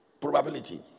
Probability